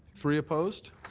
three opposed?